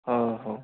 ହେଉ ହେଉ